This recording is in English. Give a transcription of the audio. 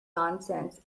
nonsense